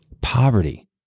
poverty